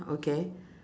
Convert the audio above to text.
okay